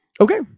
Okay